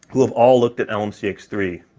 have all looked at lmc x three,